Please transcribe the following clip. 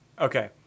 okay